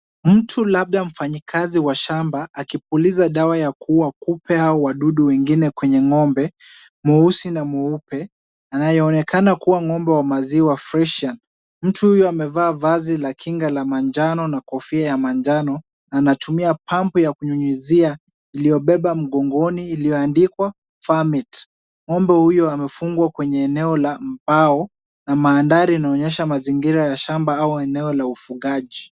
Mtu labda mfanyikazi wa shamba, akipuliza dawa ya kuua kupe au wadudu wengine kwenye ng'ombe mweusi na mweupe, anayeonekana kuwa ng'ombe wa maziwa, fresian . Mtu huyo amevaa vazi la kinga la manjano na kofia ya manjano na anatumia pump ya kunyunyuzia aliyobeba mgongoni, iliyoandikwa Farmate. Ng'ombe huyo amefungwa kwenye eneo la mbao na mandhari yanaonyesha mazingira ya shamba au eneo la ufugaji.